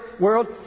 world